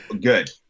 good